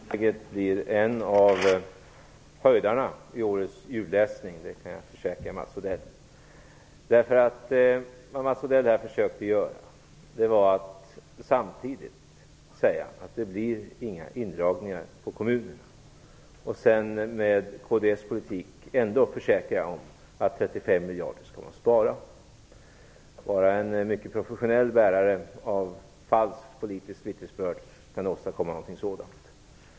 Herr talman! Det inlägget blir en av höjdarna i årets julläsning, det kan jag försäkra Mats Odell. Därför att det Mats Odell här försökte göra var att samtidigt säga att det inte blir några indragningar på kommunerna och sedan försäkra att med kds politik skall man spara 35 miljarder. Bara en mycket professionell bärare av falskt politiskt vittnesbörd kan åstadkomma någonting sådant.